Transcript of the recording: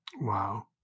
Wow